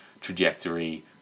trajectory